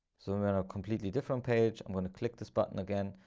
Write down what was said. so i'm going to completely different page i'm going to click this button again,